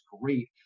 great